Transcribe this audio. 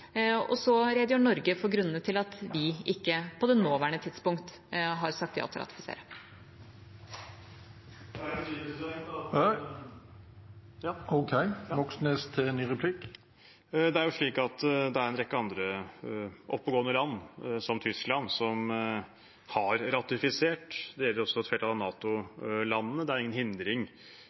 redegjør for grunnene til at vi ikke på det nåværende tidspunkt har sagt ja til å ratifisere. Det er en rekke andre oppegående land, som Tyskland, som har ratifisert. Det gjelder også et flertall av NATO-landene. Det er ingen hindring